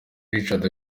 richard